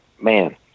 man